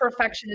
perfectionism